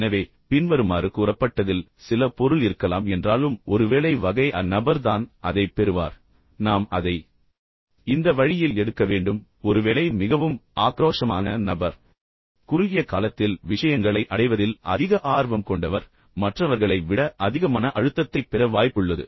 எனவே பின்வருமாறு கூறப்பட்டதில் சில பொருள் இருக்கலாம் என்றாலும் ஒருவேளை வகை A நபர் தான் அதைப் பெறுவார் நாம் அதை இந்த வழியில் எடுக்க வேண்டும் ஒருவேளை மிகவும் ஆக்ரோஷமான நபர் குறுகிய காலத்தில் விஷயங்களை அடைவதில் அதிக ஆர்வம் கொண்டவர் கொண்டவர் மற்றவர்களை விட அதிக மன அழுத்தத்தைப் பெற வாய்ப்புள்ளது